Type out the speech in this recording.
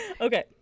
Okay